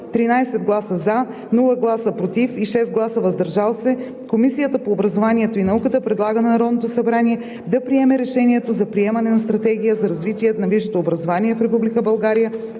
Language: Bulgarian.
13 гласа „за”, без „против” и 6 гласа „въздържал се” Комисията по образованието и науката предлага на Народното събрание да приеме Решението за приемане на Стратегия за развитие на висшето образование в